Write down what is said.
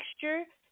texture